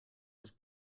was